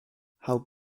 how